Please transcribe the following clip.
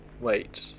Wait